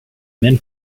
men